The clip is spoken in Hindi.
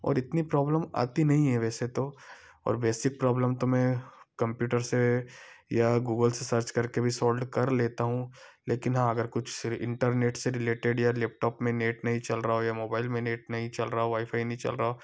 और इतनी प्रॉब्लम आती नहीं है वैसे तो और बेसिक प्रॉब्लम तो मैं कंप्यूटर से या गूगल से सर्च करके भी सोल्व्ड कर लेता हूँ लेकिन हाँ अगर कुछ सिर इंटरनेट से रिलेटेड या लैपटॉप में नेट नहीं चल रहा हो या मोबाइल में नेट नहीं चल रहा हो वाई फाई नहीं चल रहा हो